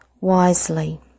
wisely